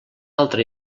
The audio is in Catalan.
altra